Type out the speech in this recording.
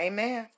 Amen